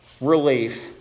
relief